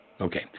Okay